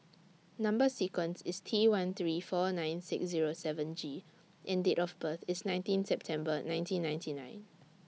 Number sequence IS T one three four nine six Zero seven G and Date of birth IS nineteen September nineteen ninety nine